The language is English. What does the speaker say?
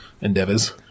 endeavors